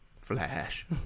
Flash